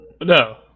No